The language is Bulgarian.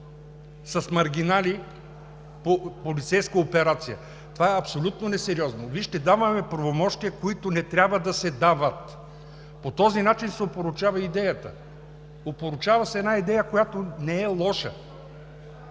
с маргинали, полицейска операция? Това е абсолютно несериозно. Даваме правомощия, които не трябва да се дават! По този начин се опорочава идеята. Опорочава се една идея, която не е лоша,